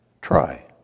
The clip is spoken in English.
Try